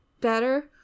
better